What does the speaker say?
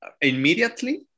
immediately